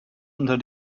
unter